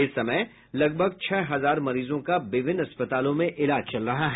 इस समय लगभग छह हजार मरीजों का विभिन्न अस्पतालों में इलाज चल रहा है